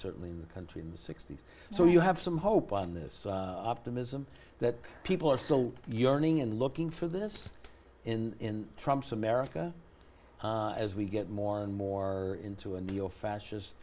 certainly in the country in the sixty's so you have some hope on this optimism that people are still yearning and looking for this in trump's america as we get more and more into a neo fascist